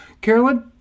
Carolyn